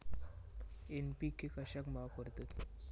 NPK कशाक वापरतत?